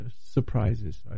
surprises